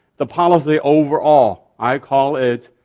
the policy overall, i call it,